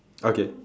okay